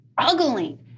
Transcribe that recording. struggling